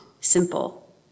simple